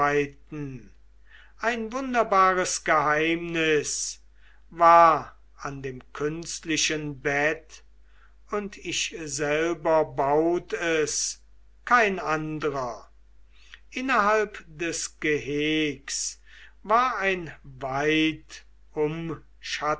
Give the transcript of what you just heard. ein wunderbares geheimnis war an dem künstlichen bett und ich selber baut es kein andrer innerhalb des gehegs war ein weitumschattender